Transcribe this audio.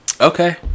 Okay